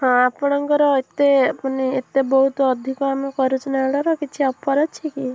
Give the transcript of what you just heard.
ହଁ ଆପଣଙ୍କର ଏତେ ମାନେ ଏତେ ବହୁତ ଅଧିକ ଆମେ କରୁଛୁ ନା ଅର୍ଡ଼ର୍ କିଛି ଅଫର୍ ଅଛି କି